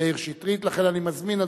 לכן אני מזמין,